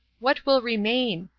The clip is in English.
what will remain?